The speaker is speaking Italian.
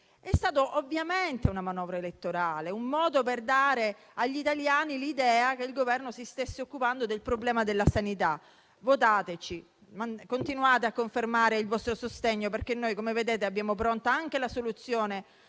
trattato ovviamente di una manovra elettorale, un modo per dare agli italiani l'idea che il Governo si stesse occupando del problema della sanità. Votateci, continuate a confermare il vostro sostegno perché noi, come vedete, abbiamo pronta anche la soluzione